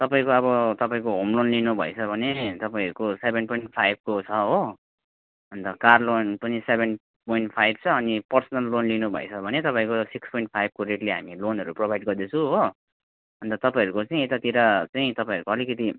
तपाईँको अब तपाईँको होम लोन लिनुभएछ भने तपाईँहरूको सेभेन पोइन्ट फाइभको छ हो अन्त कार लोन पनि सेभेन पोइन्ट फाइभ छ पर्सनल लोन लिनुभएछ भने तपाईँको सिक्स पोइन्ट फाइभको रेटले हामी लोनहरू प्रोभाइड गर्दैछु हो अन्त तपाईँहूरको चाहिँ यतातिर चाहिँ तपाईँहरको अलिकिति